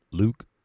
Luke